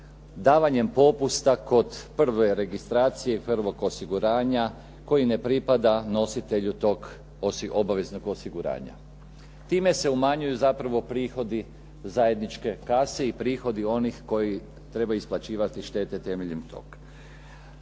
davanjem popusta kod prve registracije prvog osiguranja koji ne pripada nositelju tog obaveznog osiguranja. Time se umanjuju zapravo prihodi zajedničke kase i prihodi onih koji trebaju isplaćivati štete temeljem tog.